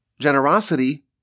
generosity